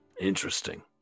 Interesting